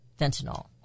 fentanyl